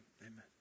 Amen